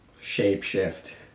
shape-shift